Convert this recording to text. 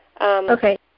Okay